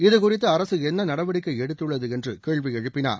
இது குறித்து அரசு என்ன நடிவடிக்கை எடுத்துள்ளது என்று கேள்வி எழுப்பினர்